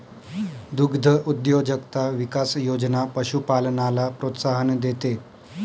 दुग्धउद्योजकता विकास योजना पशुपालनाला प्रोत्साहन देते